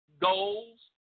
Goals